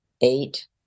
eight